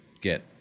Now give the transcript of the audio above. get